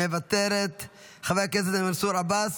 מוותרת, חבר הכנסת מנסור עבאס,